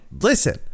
Listen